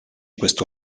questo